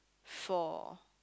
four